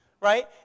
right